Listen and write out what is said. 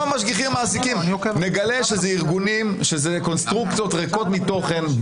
נגלה שמדובר במבנים ריקים מתוכן,